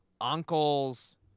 uncles